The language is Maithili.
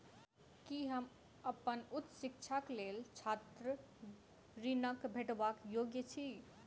की हम अप्पन उच्च शिक्षाक लेल छात्र ऋणक भेटबाक योग्य छी?